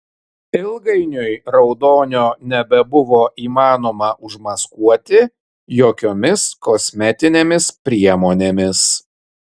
ilgainiui raudonio nebebuvo įmanoma užmaskuoti jokiomis kosmetinėmis priemonėmis